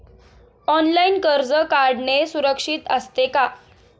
Online कर्ज काढणे सुरक्षित असते का?